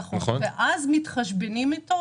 נכון, ואז מתחשבנים אתו.